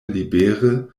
libere